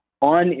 on